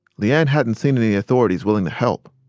le-ann hadn't seen any authorities willing to help.